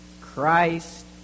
Christ